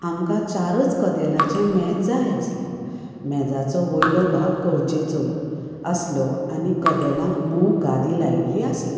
आमकां चारूच कदेलांचें मेज जाय आसलें मेजाचो वयलो भाग कवचेचो आसलो आनी कदेलांक मोव गादी लायल्ली आसली